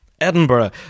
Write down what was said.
Edinburgh